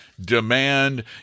demand